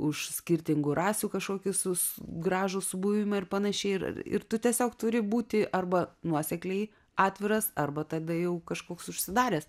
už skirtingų rasių kažkokius gražų subuvimą ir panašiai ir ir tu tiesiog turi būti arba nuosekliai atviras arba tada jau kažkoks užsidaręs